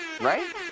right